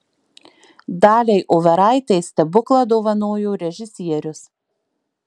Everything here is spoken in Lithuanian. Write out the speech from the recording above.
daliai overaitei stebuklą dovanojo režisierius